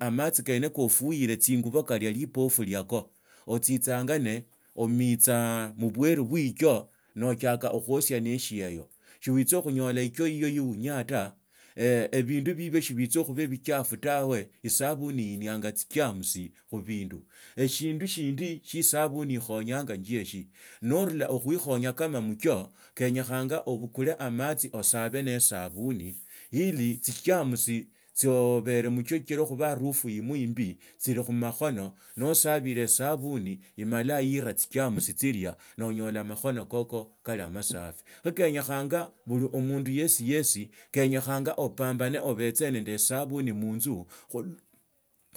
amatsi kene koofiuire tsingubo kalia lipofu liako otsitsanga ne amitsa mubweru bwe icho natsiaka okhuosia ne esieyo shiwitsa khunyola ichoo yiyo niunyangaa ta ebindu bibio sibicha khuba bichafu tawe esabuni linianga tsigerms khubindu eshindu shindig sio esabuni ikhonyanga njieshi norura okhuikhonya kama muvhoo, kenjyekhanga obukule amatsi osaha neesabuni ili, tsigerms tsiabero muchoo chilo kube harufu imo mbi tsili khumakhono, naasabile sabuni imala llia tsigerms tsilia, noonyola amakhano koko kali amasafi. Khu kenyakhanga buli omundu yesi yesi kanyakhanga opambane obetse nande esabuni munzu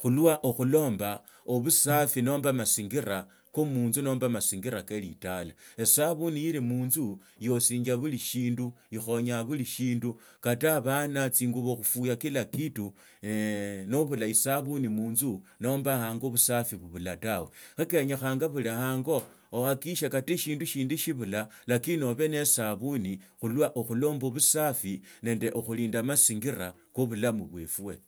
khulwa okhulomba obusari, nomba mazingira ko munzu losinjia buli shindu khonyaa buli shindu kata abano, tsinguba khufuya kila kitu, nobula esabuni munzu nomba hango obusafi bubula tawe, kho kenyekhanga buli hango ohakikishe kata shindu shindig shibula lakini obe ne sabuni khulomba obusafi henda okhulinda amasinyira ko bulamu bwerwe.